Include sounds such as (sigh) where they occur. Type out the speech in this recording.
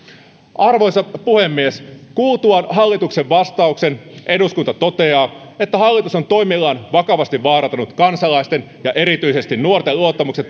arvoisa puhemies kuultuaan hallituksen vastauksen eduskunta toteaa että hallitus on toimillaan vakavasti vaarantanut kansalaisten ja erityisesti nuorten luottamuksen (unintelligible)